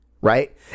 right